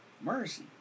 Mercy